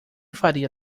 faria